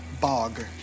bog